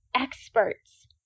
experts